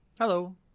Hello